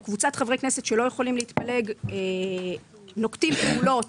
קבוצת חברי כנסת שלא יכולים להתפלג נוקטים פעולות